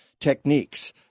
techniques